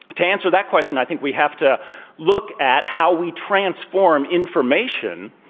to answer that question, i think we have to look at how we transform information,